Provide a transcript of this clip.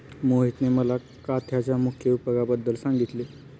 मोहितने मला काथ्याच्या मुख्य उपयोगांबद्दल सांगितले